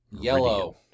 ...yellow